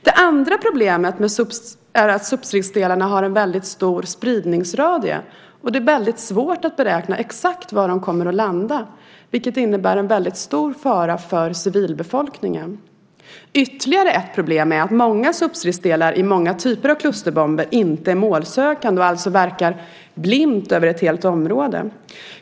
Det andra problemet är att substridsdelarna har en väldigt stor spridningsradie och att det är väldigt svårt att beräkna exakt var de kommer att landa, vilket innebär en väldigt stor fara för civilbefolkningen. Ytterligare ett problem är att många substridsdelar i många typer av klusterbomber inte är målsökande och alltså verkar blint över ett helt område.